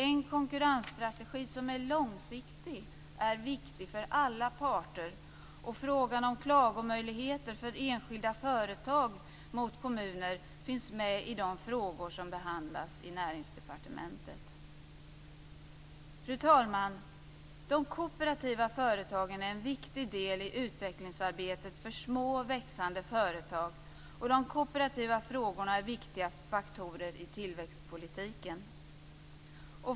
En konkurrensstrategi som är långsiktig är viktig för alla parter, och frågan om klagomöjligheter för enskilda företag mot kommuner finns med i de frågor som behandlas i Näringsdepartementet. Fru talman! De kooperativa företagen är en viktig del i utvecklingsarbetet för små, växande företag, och de kooperativa frågorna är viktiga faktorer i tillväxtpolitiken.